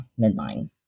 midline